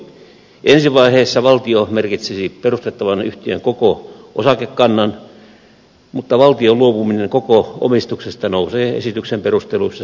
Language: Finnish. ensi vaiheessa valtio merkitsisi perustettavan yhtiön koko osakekannan mutta valtion luopuminen koko omistuksesta nousee esityksen perusteluissa selkeästi esiin